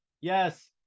yes